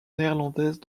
néerlandaise